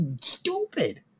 stupid